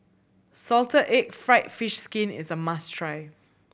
salted egg fried fish skin is a must try